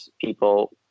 people